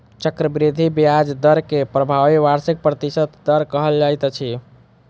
चक्रवृद्धि ब्याज दर के प्रभावी वार्षिक प्रतिशत दर कहल जाइत अछि